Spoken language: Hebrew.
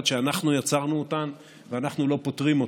שאנחנו יצרנו אותן ואנחנו לא פותרים אותן,